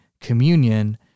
communion